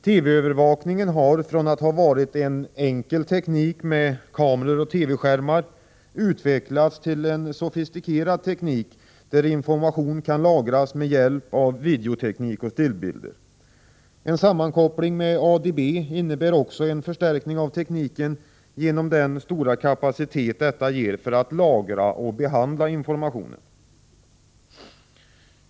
TV-övervakningen, som tidigare bestod av enkel teknik med kameror och TV-skärmar, har utvecklats till en sofistikerad teknik, där informationen kan lagras med hjälp av videoteknik och stillbilder. En sammankoppling med ADB innebär också en förstärkning av tekniken genom den stora kapacitet detta ger för att lagra och behandla informationen.